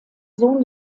sohn